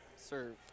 serve